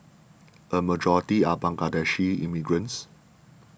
a majority are Bangladeshi immigrants